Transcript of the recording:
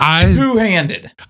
Two-handed